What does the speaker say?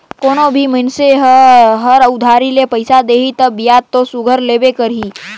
कोनो भी मइनसे हर उधारी में पइसा देही तब बियाज दो सुग्घर लेबे करही